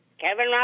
Kevin